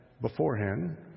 beforehand